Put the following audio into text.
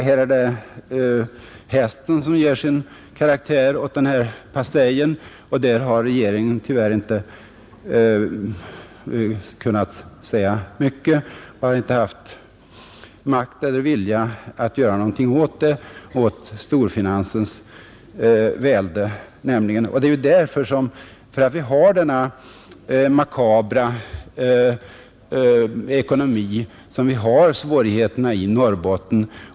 Här är det hästen som ger pastejen dess karaktär; regeringen har tyvärr inte haft makt eller vilja att göra någonting åt storfinansens välde. Det är för att vi har denna makabra ekonomi som vi har svårigheterna i Norrbotten.